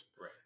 right